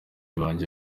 banjye